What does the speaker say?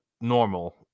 normal